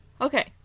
Okay